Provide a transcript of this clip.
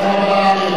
תודה רבה.